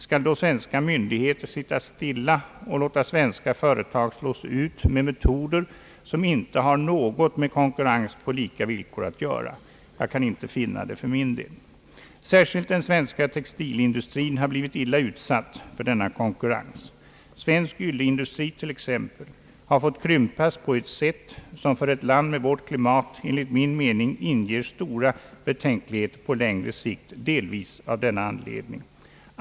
Skall då svenska myndigheter sitta stilla och låta svenska företag slås ut med metoder som inte har något med konkurrens på lika villkor att göra? Jag kan inte finna det för min del. Särskilt den svenska textilindustrin har blivit illa utsatt för denna konkurrens. Svensk ylleindustri t.ex. har fått krympas på ett sätt som för ett land med vårt klimat enligt min mening inger stora betänkligheter på längre sikt också av denna anledning.